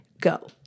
go